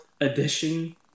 edition